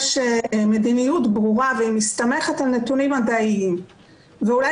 יש מדיניות ברורה והיא מסתמכת על נתונים מדעיים ואולי